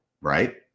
right